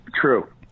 True